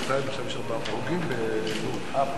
בבקשה, אדוני.